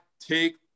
take